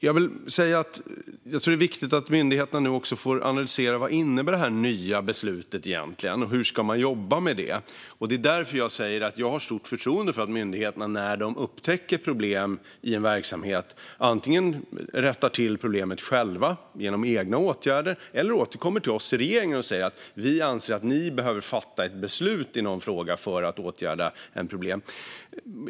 Jag tror att det är viktigt att myndigheterna nu också får analysera vad det nya beslutet egentligen innebär och hur man ska jobba med det. Det är därför jag säger att jag har stort förtroende för att myndigheterna när de upptäcker problem i en verksamhet antingen rättar till problemet själva, genom egna åtgärder, eller återkommer till oss i regeringen och säger att de anser att vi behöver fatta ett beslut i någon fråga för att åtgärda ett problem.